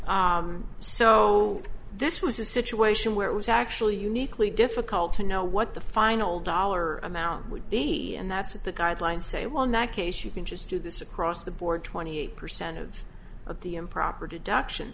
wasn't so this was a situation where it was actually uniquely difficult to know what the final dollar amount would be and that's what the guidelines say well in that case you can just do this across the board twenty eight percent of of the improper deductions